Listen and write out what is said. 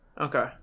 okay